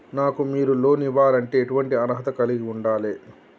నాకు మీరు లోన్ ఇవ్వాలంటే ఎటువంటి అర్హత కలిగి వుండాలే?